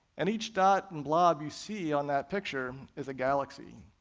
and each dot and blob you see on that picture is a galaxy,